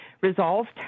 resolved